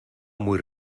muy